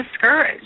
discouraged